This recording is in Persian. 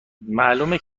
معلومه